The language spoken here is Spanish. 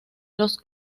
los